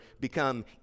become